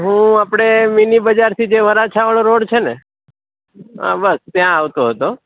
હુ આપણે મિનિબજારથી જે વરાછાવાળો રોડ છે ને હા બસ ત્યાં આવતો હતો